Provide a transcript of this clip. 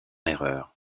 erreur